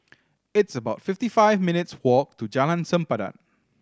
it's about fifty five minutes' walk to Jalan Sempadan